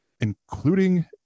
including